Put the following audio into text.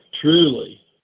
truly